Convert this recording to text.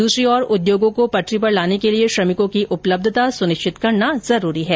दूसरी तरफ उद्योगों को पटरी पर लाने के लिए श्रमिकों की उपलब्धता सुनिश्चित करना जरूरी है